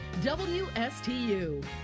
wstu